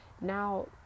now